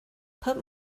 put